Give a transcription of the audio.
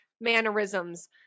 mannerisms